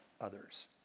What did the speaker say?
others